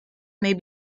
may